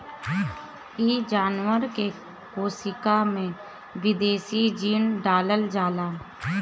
इ जानवर के कोशिका में विदेशी जीन डालल जाला